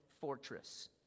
fortress